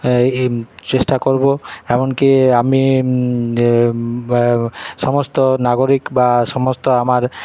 এ চেষ্টা করব এমনকী আমি ব সমস্ত নাগরিক বা সমস্ত আমার